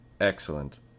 Excellent